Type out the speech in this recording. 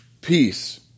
peace